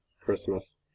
Christmas